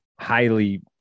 highly